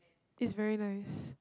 it's very nice